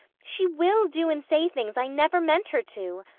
she will do and say things i never meant her to.